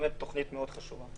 באמת תוכנית חשובה מאוד.